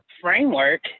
framework